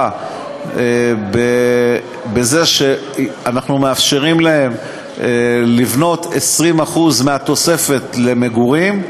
בזה שאנחנו מאפשרים להם לבנות 20% מהתוספת למגורים,